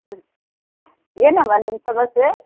ಹ್ಞೂ ಏನವ್ವ ನಿಮ್ಮ ಸಮಸ್ಯೆ